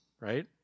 right